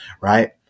right